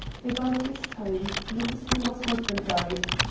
about this time, mrs. hillmer's husband died.